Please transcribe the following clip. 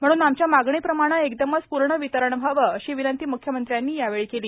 म्हणून आमच्या मागणीप्रमाणे एकदमच पूर्ण वितरण व्हावं अशी विनंती म्ख्यमंत्र्यांनी मोदी यांना केली